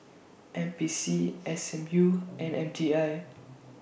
N P C S M U and M T I